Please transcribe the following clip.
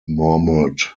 murmured